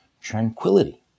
tranquility